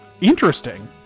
Interesting